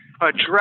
address